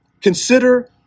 Consider